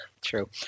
true